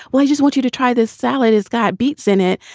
well, i just want you to try this salad has got beets in it.